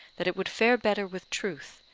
that it would fare better with truth,